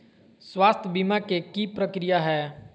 स्वास्थ बीमा के की प्रक्रिया है?